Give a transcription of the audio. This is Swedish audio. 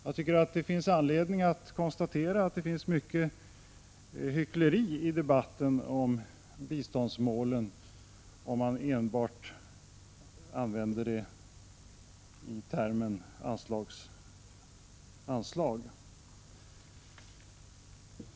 Jag anser att den profil vi moderater har på våra anslag i realiteten innebär högre anslag till den här gruppen än vad regeringens förslag gör.